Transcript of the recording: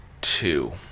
two